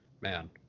Man